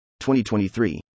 2023